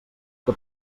que